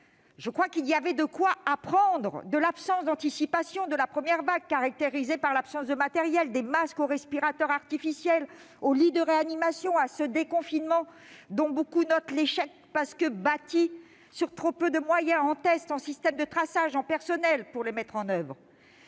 Pourtant, il y avait de quoi apprendre de l'absence d'anticipation de la première vague, caractérisée par l'absence de matériel- des masques aux respirateurs artificiels et aux lits de réanimation -, et de ce déconfinement dont beaucoup relèvent qu'il est un échec parce qu'il a été bâti sur trop peu de moyens- en tests, en système de traçage, en personnels -pour être mis en oeuvre.